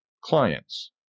clients